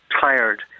tired